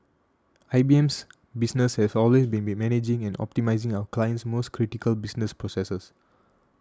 IBM's business has always been managing and optimising our clients most critical business processes